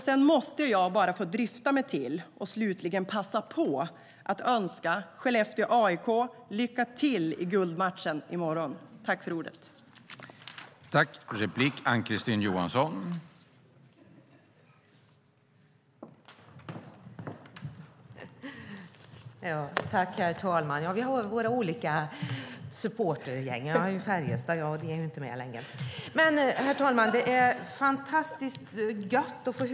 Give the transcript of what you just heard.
Sedan måste jag bara få drista mig till att slutligen passa på att önska Skellefteå AIK lycka till i guldmatchen i morgon. I detta anförande instämde Anders Ahlgren och Erik A Eriksson .